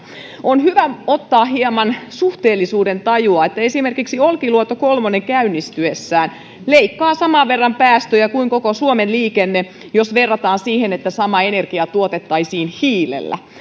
on hyvä ottaa hieman suhteellisuudentajua että esimerkiksi olkiluoto kolmeen käynnistyessään leikkaa saman verran päästöjä kuin koko suomen liikenne jos verrataan siihen että sama energia tuotettaisiin hiilellä